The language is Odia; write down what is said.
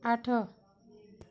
ଆଠ